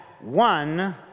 one